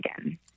again